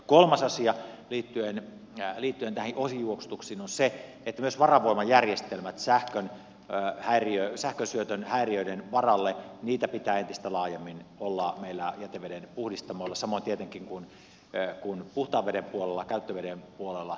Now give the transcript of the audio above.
kolmas asia liittyen näihin ohijuoksutuksiin on se että myös varavoimajärjestelmiä sähkönsyötön häiriöiden varalle pitää entistä laajemmin olla meillä jätevedenpuhdistamoilla samoin kuin tietenkin puhtaan veden puolella käyttöveden puolella